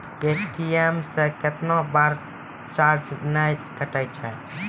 ATM से कैतना बार चार्ज नैय कटै छै?